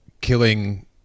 killing